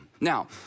Now